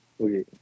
Okay